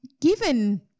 given